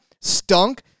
stunk